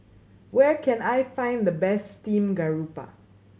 where can I find the best steamed garoupa